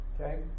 Okay